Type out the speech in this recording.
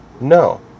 No